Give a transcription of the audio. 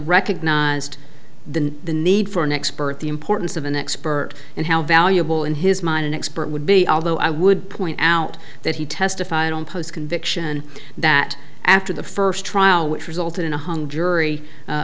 recognized the need for an expert the importance of an expert and how valuable in his mind an expert would be although i would point out that he testified on post conviction that after the first trial which resulted in a hung jury